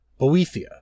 Boethia